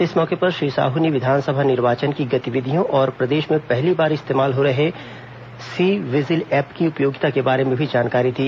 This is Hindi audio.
इस मौके पर श्री साहू ने विधानसभा निर्वाचन की गतिविधियों और प्रदेश में पहली बार इस्तेमाल हो रहे सी विजिल ऐप की उपयोगिता के बारे में भी जानकारी दी